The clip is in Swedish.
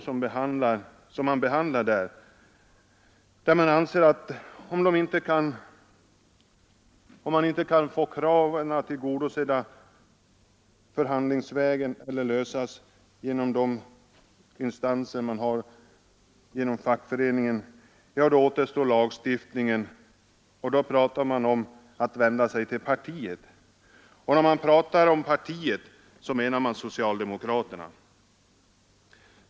Det behandlas dock vid varje möte frågor där man, om inte kraven kan tillgodoses förhandlingsvägen eller på annat sätt genom de fackliga instanserna, finner att vad som återstår är lagstiftningsvägen. Då talar man om att vända sig till partiet, och med detta menar man socialdemokraterna.